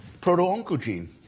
proto-oncogene